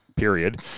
Period